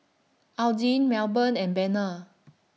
Adline Melbourne and Bena